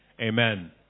Amen